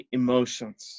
emotions